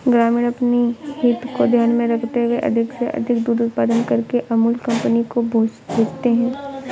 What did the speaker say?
ग्रामीण अपनी हित को ध्यान में रखते हुए अधिक से अधिक दूध उत्पादन करके अमूल कंपनी को भेजते हैं